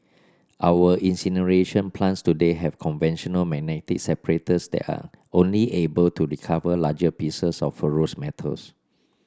our incineration plants today have conventional magnetic separators that are only able to recover larger pieces of ferrous metals